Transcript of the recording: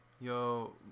Yo